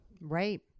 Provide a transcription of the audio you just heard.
Right